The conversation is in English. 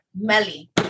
Melly